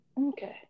Okay